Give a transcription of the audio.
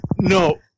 No